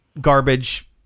garbage